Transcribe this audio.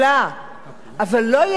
אבל לא ידעתי אז